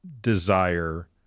desire